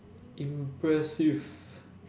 impressive